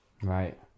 Right